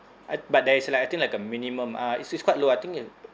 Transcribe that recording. I but there is like I think like a minimum uh it's it's quite low I think it